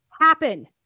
happen